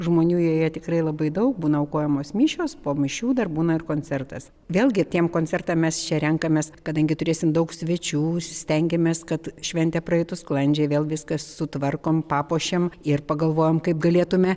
žmonių joje tikrai labai daug būna aukojamos mišios po mišių dar būna ir koncertas vėlgi tiem koncertam mes čia renkamės kadangi turėsim daug svečių stengiamės kad šventė praeitų sklandžiai vėl viską sutvarkom papuošiam ir pagalvojam kaip galėtume